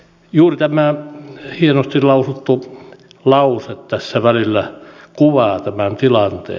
juuri tämä hienosti lausuttu lause tässä välissä kuvaa tämän tilanteen